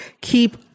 keep